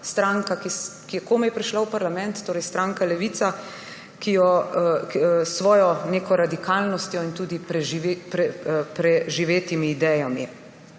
stranka, ki je komaj prišla v parlament, torej stranka Levica, z neko svojo radikalnostjo in tudi preživetimi idejami.